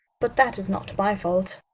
but that is not my fault.